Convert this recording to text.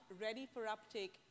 ready-for-uptake